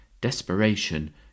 Desperation